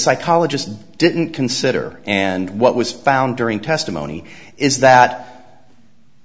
psychologist didn't consider and what was found during testimony is that